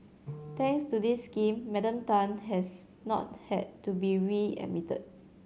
thanks to this scheme Madam Tan has not had to be readmitted